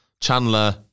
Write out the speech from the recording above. Chandler